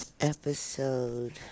Episode